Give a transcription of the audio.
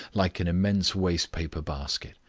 like an immense waste-paper basket.